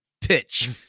pitch